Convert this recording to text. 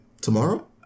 tomorrow